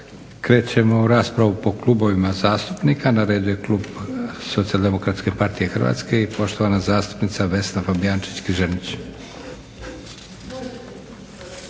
Krećemo u raspravu po klubovima zastupnika. Na redu je klub socijaldemokratske partije Hrvatske i poštovana zastupnica Vesna Fabijančić-Križanić.